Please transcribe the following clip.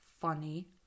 funny